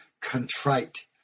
contrite